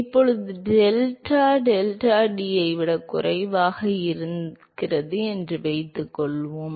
இப்போது delta delta டியை விட குறைவாக இருந்தால் என்று வைத்துக்கொள்வோம்